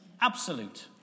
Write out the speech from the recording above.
Absolute